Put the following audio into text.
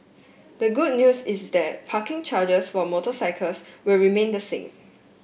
the good news is that parking charges for motorcycles will remain the same